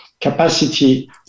capacity